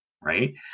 right